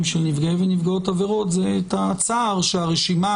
של נפגעי ונפגעות עבירות זה את הצער שהרשימה